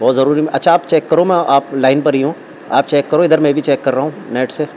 بہت ضروری اچھا آپ چیک کرو میں آپ لائن پر ہی ہوں آپ چیک کرو ادھر میں بھی چیک کر رہا ہوں نیٹ سے